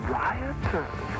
rioters